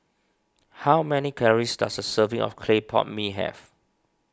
how many calories does a serving of Clay Pot Mee have